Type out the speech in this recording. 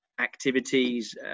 activities